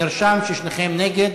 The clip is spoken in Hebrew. ובאופן חריג,